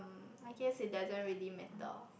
I guess it doesn't really matter